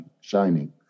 shining